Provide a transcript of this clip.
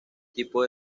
tipos